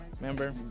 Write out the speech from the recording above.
Remember